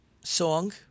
song